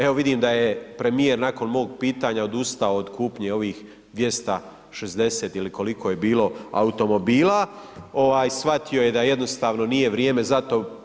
Evo vidim da je premijer nakon mog pitanja odustao od kupnje ovih 260 ili koliko je bilo, automobila, ovaj shvatio je da jednostavno nije vrijeme za to.